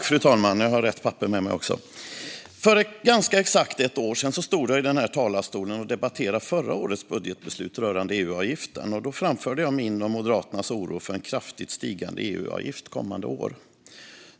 Fru talman! För ganska exakt ett år sedan stod jag i denna talarstol och debatterade förra årets budgetbeslut rörande EU-avgiften. Jag framförde då min och Moderaternas oro för en kraftigt stigande EU-avgift kommande år.